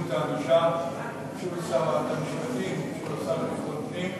מדיניות הענישה לשרת המשפטים ולשר לביטחון הפנים.